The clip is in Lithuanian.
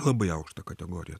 labai aukštą kategoriją